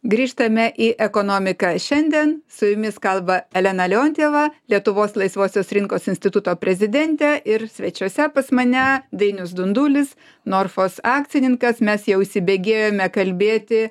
grįžtame į ekonomika šiandien su jumis kalba elena leontjeva lietuvos laisvosios rinkos instituto prezidentė ir svečiuose pas mane dainius dundulis norfos akcininkas mes jau įsibėgėjome kalbėti